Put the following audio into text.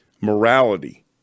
morality